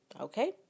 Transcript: Okay